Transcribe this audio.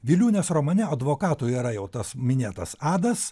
vėliūnės romane advokatu yra jau tas minėtas adas